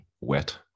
wet